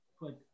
put